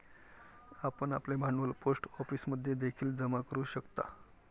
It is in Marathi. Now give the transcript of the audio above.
आपण आपले भांडवल पोस्ट ऑफिसमध्ये देखील जमा करू शकता